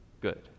good